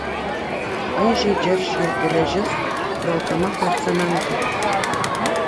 aižiai džeržgė geležis velkama per cementą